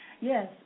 Yes